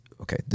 Okay